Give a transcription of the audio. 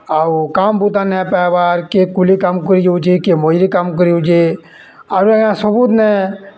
ଆଉ କାମ୍ ବହୁତ୍ ନେ ପାଏବାର୍ କିଏ କୁଲି କାମ୍ କରିଯାଉଚେ କିଏ ମଜୁରୀ କାମ୍ କରିଯାଉଚେ ଆହୁରି ଆଜ୍ଞା ସବୁଦିନେ